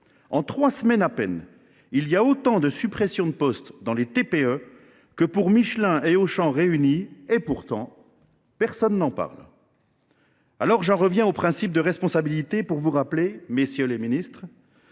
En trois semaines à peine, il y a autant de suppressions de postes dans les TPE que chez Michelin et Auchan réunis ; et pourtant, personne n’en parle ! Aussi, j’en reviens au principe de responsabilité pour vous rappeler, messieurs les ministres,